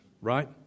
right